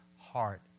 heart